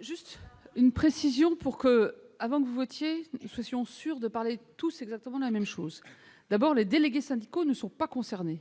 Juste une précision pour que avant de Woitier souhaitions sur de parler tous exactement la même chose : d'abord, les délégués syndicaux ne sont pas concernés